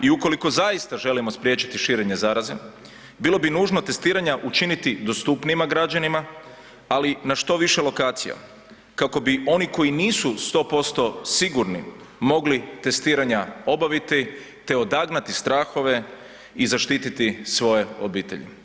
I ukoliko zaista želimo spriječiti širenje zaraze, bilo bi nužno testiranja učiniti dostupnijima građanima, ali na što više lokacija kako bi oni koji nisu 100% sigurni mogli testiranja obaviti te odagnati strahove i zaštititi svoje obitelji.